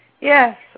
Yes